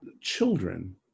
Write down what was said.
Children